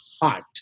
heart